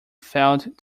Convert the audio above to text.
failed